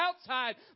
outside